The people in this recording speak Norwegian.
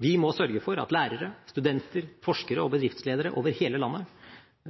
Vi må sørge for at lærere, studenter, forskere og bedriftsledere over hele landet